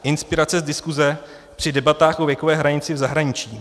Inspirace z diskuse při debatách o věkové hranici v zahraničí.